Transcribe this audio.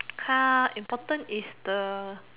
car important is the